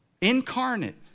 incarnate